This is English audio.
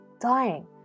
dying